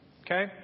Okay